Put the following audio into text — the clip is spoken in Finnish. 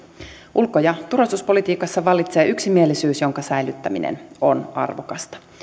ulko ja turvallisuuspolitiikassa vallitsee yksimielisyys jonka säilyttäminen on arvokasta